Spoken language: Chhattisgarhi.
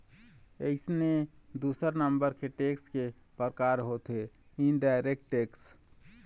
अइसने दूसर नंबर के टेक्स के परकार होथे इनडायरेक्ट टेक्स